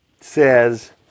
says